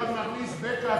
אחד מכניס backups,